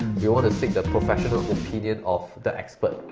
we'll want to seek the professional opinion of the expert,